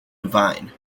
divine